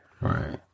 Right